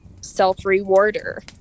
self-rewarder